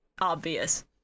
obvious